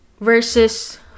versus